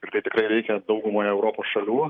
ir tai tikrai reikia daugumoje europos šalių